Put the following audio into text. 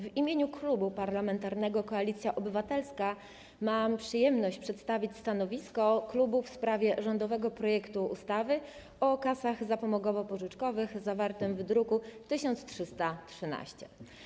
W imieniu Klubu Parlamentarnego Koalicja Obywatelska mam przyjemność przedstawić stanowisko w sprawie rządowego projektu ustawy o kasach zapomogowo-pożyczkowych, zawartego w druku nr 1313.